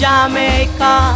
Jamaica